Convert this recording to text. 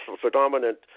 predominant